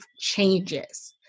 changes